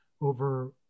over